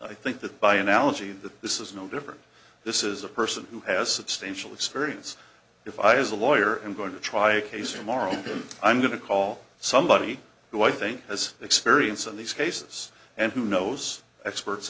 i think that by analogy that this is no different this is a person who has substantial experience if i as a lawyer am going to try a case or moral i'm going to call somebody who i think has experience in these cases and who knows experts